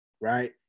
right